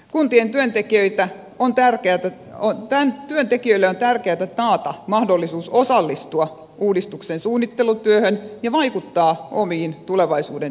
kuntien työntekijöille on tärkeätä taata mahdollisuus osallistua uudistuksen suunnittelutyöhön ja vaikuttaa omiin tulevaisuuden työpaikkoihinsa